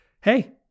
Hey